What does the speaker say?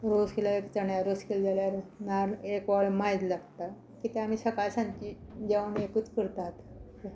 रोस केल्यार चण्यास रोस केले जाल्यार नाल्ल एक वळें मायज लागता कित्याक आमी सकाळ सांची जेवण एकूच करतात